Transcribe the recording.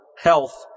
health